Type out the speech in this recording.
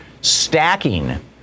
stacking